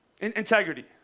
Integrity